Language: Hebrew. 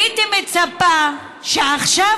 הייתי מצפה שעכשיו,